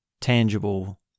tangible